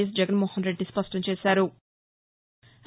ఎస్జగన్మోహన్రెడ్డి స్పష్టం చేశారు